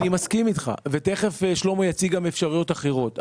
אני מסכים איתך ותכף שלמה יציג גם אפשרויות אחרות.